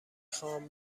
خوام